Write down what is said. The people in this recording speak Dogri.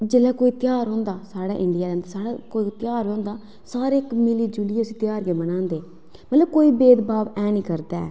जेल्लै कोई साढ़े इंडिया ध्यार होंदा साढ़े ध्यार होंदा सारे मिली जुलियै ध्यार गी मनांदे ते ओह् कोई भेदभाव ऐनी करदा ऐ